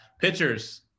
pitchers